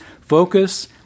focus